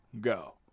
go